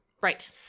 Right